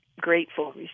grateful